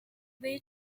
way